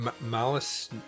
Malice